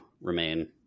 remain